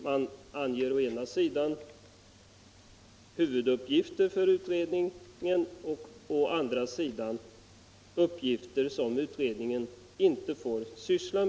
Man anger å ena sidan huvuduppgifter för utredningen och å andra sidan uppgifter som utredningen inte får ge sig på.